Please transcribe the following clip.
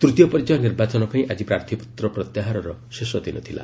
ତୃତୀୟ ପର୍ଯ୍ୟାୟ ନିର୍ବାଚନ ପାଇଁ ଆକି ପ୍ରାର୍ଥୀପତ୍ର ପ୍ରତ୍ୟାହାରର ଶେଷ ଦିନ ଥିଲା